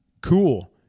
Cool